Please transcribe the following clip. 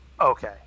Okay